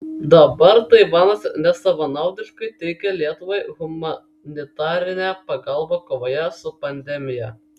dabar taivanas nesavanaudiškai teikia lietuvai humanitarinę pagalbą kovoje su pandemija